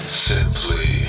simply